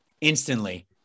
instantly